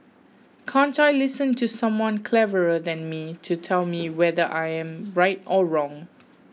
can't I listen to someone cleverer than me to tell me whether I am right or wrong